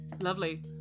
Lovely